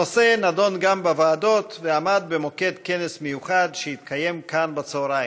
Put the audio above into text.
הנושא נדון גם בוועדות ועמד במוקד כנס מיוחד שהתקיים כאן בצוהריים.